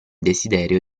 desiderio